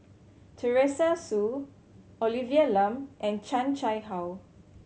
Teresa Hsu Olivia Lum and Chan Chang How